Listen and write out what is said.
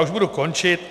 Už budu končit.